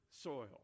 soil